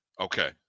Okay